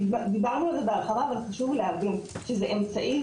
דיברנו על זה בעבר אבל חשוב להבין שזה אמצעי